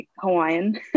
Hawaiian